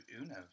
Uno